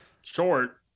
Short